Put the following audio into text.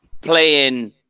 playing